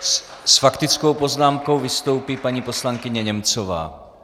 S faktickou poznámkou vystoupí paní poslankyně Němcová.